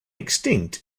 extinct